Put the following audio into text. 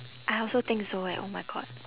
I also think so eh oh my god